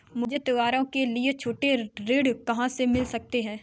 मुझे त्योहारों के लिए छोटे ऋण कहाँ से मिल सकते हैं?